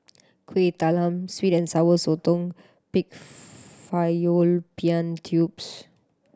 Kuih Talam sweet and Sour Sotong pig fallopian tubes